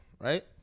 right